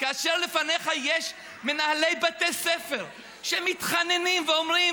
כאשר לפניך יש מנהלי בתי ספר שמתחננים ואומרים